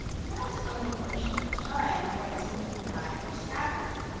perhaps only for a short time, or as nuclei, or scaffolding,